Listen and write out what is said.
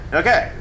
okay